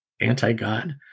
anti-God